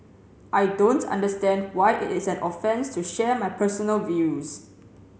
I don't understand why it is an offence to share my personal views